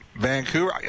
Vancouver